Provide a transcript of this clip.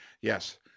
yes